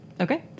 Okay